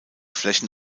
flächen